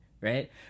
Right